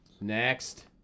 next